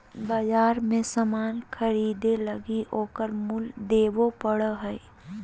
बाजार मे सामान ख़रीदे लगी ओकर मूल्य देबे पड़ो हय